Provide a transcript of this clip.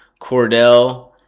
Cordell